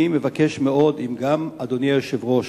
אני מבקש מאוד, אם גם אדוני היושב-ראש,